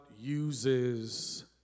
uses